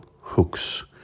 Hooks